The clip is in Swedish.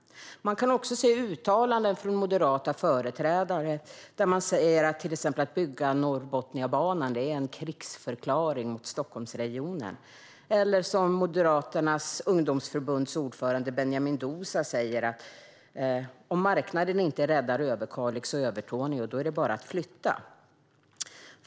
Man kan också se uttalanden från moderata företrädare. Man säger till exempel att det är en krigsförklaring mot Stockholmsregionen att bygga Norrbotniabanan. Moderaternas ungdomsförbunds ordförande, Benjamin Dousa, säger: Om marknaden inte räddar Överkalix och Övertorneå är det bara att flytta.